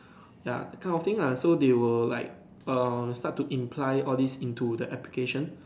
ya that kind of thing lah so they will like err start to imply all these into the application